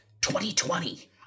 2020